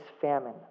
famine